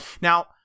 Now